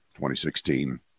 2016